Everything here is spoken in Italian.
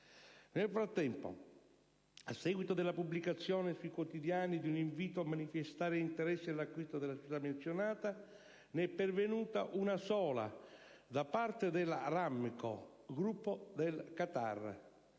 Nel frattempo, a seguito della pubblicazione sui quotidiani di un invito a manifestare interesse all'acquisto della società menzionata, è pervenuta una sola risposta, da parte della RAMCO, gruppo del Qatar.